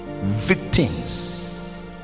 victims